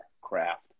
craft